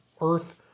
earth